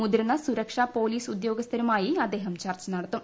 മുതിർന്ന സുരക്ഷാ പൊലീസ് ഉദ്യോഗസ്ഥരുമായി അദ്ദേഹം ചർച്ച നടത്തും